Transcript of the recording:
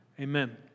Amen